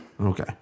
Okay